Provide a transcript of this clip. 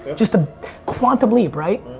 just a quantum leap, right?